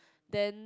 then